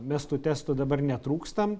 mes tų testų dabar netrūkstam